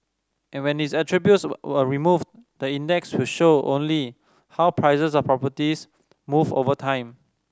and when these attributes were removed the index will show only how prices of properties move over time